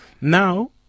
Now